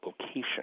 location